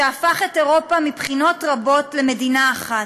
שהפך את אירופה מבחינות רבות למדינה אחת.